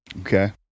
Okay